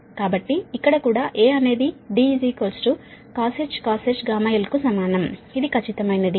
కాబట్టి ఇక్కడ కూడా A అనేది D cosh γl కు సమానం ఇది ఖచ్చితమైనది